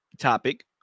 topic